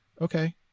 okay